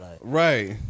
Right